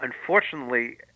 unfortunately